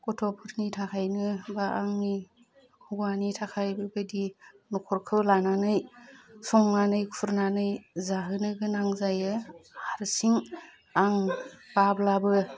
गथ'फोरनि थाखायनो बा आंनि हौवानि थाखायबो बेफोरबायदि न'खरखौ लानानै संनानै खुरनानै जाहोनो गोनां जायो हारसिं आं बायोब्लाबो